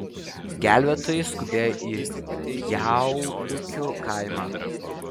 gelbėtojai skubėjo į pjaulių kaimą